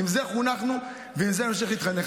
עם זה חונכנו ועם זה נמשיך להתחנך.